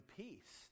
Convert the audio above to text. peace